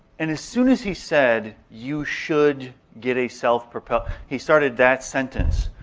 and as soon as he said, you should get a self-propelled. he started that sentence,